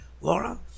Laura